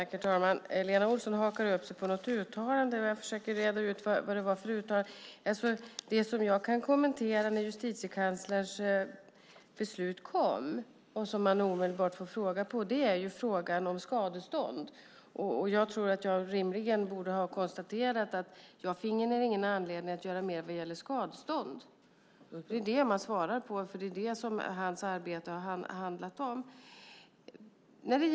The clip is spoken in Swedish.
Herr talman! Lena Olsson hakar upp sig på något uttalande, och jag försöker reda ut vad det var för uttalande. Det som jag kunde kommentera när Justitiekanslerns beslut kom och det omedelbart ställdes frågor gällde frågan om skadestånd. Jag tror att jag rimligen borde ha konstaterat att jag inte finner någon anledning att göra mer vad gäller skadestånd. Det är det som jag svarar på eftersom det är det som hans arbete har handlat om.